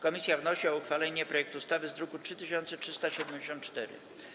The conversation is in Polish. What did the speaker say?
Komisja wnosi o uchwalenie projektu ustawy z druku nr 3374.